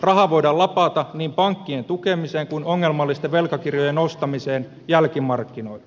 rahaa voidaan lapata niin pankkien tukemiseen kuin ongelmallisten velkakirjojen ostamiseen jälkimarkkinoilta